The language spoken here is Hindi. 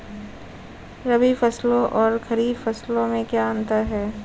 रबी फसलों और खरीफ फसलों में क्या अंतर है?